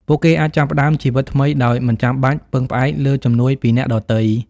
ពួកគេអាចចាប់ផ្តើមជីវិតថ្មីដោយមិនចាំបាច់ពឹងផ្អែកលើជំនួយពីអ្នកដទៃ។